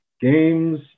games